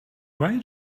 why